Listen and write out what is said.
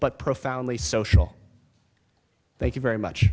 but profoundly social thank you very much